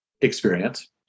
experience